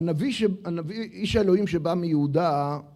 הנביא, איש האלוהים שבא מיהודה